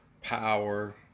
power